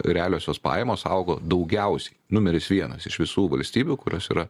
realiosios pajamos augo daugiausiai numeris vienas iš visų valstybių kurios yra